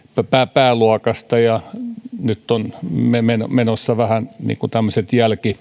pääluokasta ja nyt on menossa vähän niin kuin tämmöiset